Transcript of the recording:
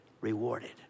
rewarded